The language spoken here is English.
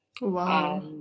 Wow